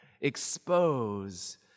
expose